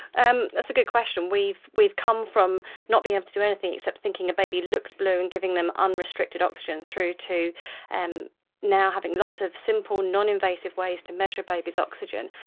um that's a good question. we've we've come from not being able to do anything except thinking a baby looked blue and giving them unrestricted oxygen, through to and now having lots of simple, non-invasive ways to measure babies' oxygen.